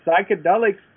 psychedelics